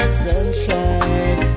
sunshine